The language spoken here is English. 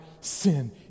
sin